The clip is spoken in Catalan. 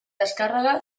descàrrega